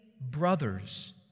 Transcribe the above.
brothers